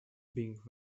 being